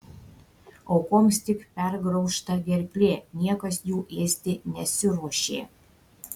aukoms tik pergraužta gerklė niekas jų ėsti nesiruošė